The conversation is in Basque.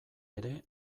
ere